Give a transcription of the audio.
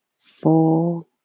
Four